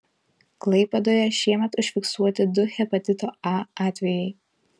klaipėdoje šiemet užfiksuoti du hepatito a atvejai